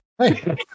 Hey